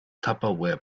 tupperware